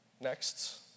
Next